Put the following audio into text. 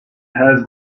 has